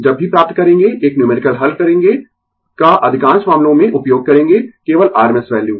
जब भी प्राप्त करेंगें एक न्यूमेरिकल हल करेंगें का अधिकांश मामलों में उपयोग करेंगें केवल rms वैल्यू